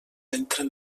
entren